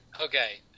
Okay